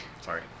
Sorry